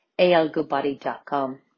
algoodbody.com